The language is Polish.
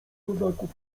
kozaków